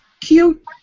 cute